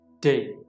day